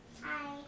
Hi